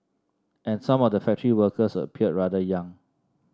and some of the factory workers appeared rather young